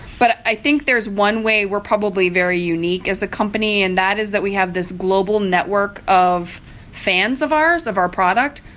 but i think there's one way we're probably very unique as a company and that is that we have this global network of fans of ours, of our product.